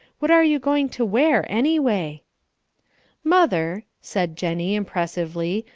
what are you going to wear, anyway? mother, said jennie, impressively,